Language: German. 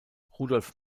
rudolf